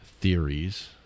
theories